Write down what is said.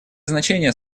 значение